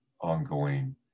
ongoing